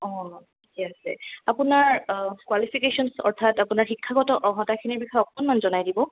অঁ ঠিকে আছে আপোনাৰ কোৱালিফিকেশ্যন অৰ্থাৎ আপোনাৰ শিক্ষাগত অৰ্হতাখিনিৰ বিষয়ে অকণমান জনাই দিব